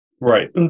Right